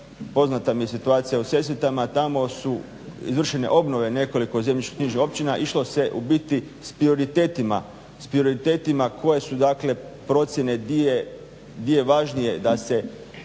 poznata mi je situacija u Sesvetama. Tamo su izvršene obnove nekoliko zemljišno-knjižnih općina. Išlo se u biti s prioritetima koje su dakle procjene, di je važnije da se obnova